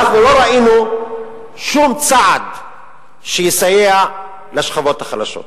אנחנו לא ראינו שום צעד שיסייע לשכבות החלשות.